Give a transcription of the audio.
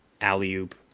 alley-oop